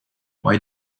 why